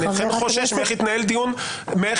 אני אכן חושש איך יתנהל דיון בוועדה.